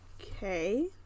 okay